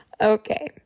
Okay